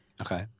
Okay